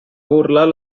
burlar